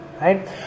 Right